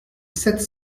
sept